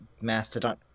mastodon